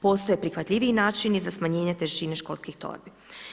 Postoje prihvatljiviji načini za smanjenje težine školskih torbi.